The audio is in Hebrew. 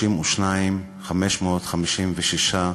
32,556,